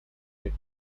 yet